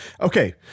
Okay